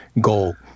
goal